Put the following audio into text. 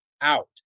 out